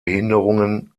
behinderungen